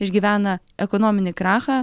išgyvena ekonominį krachą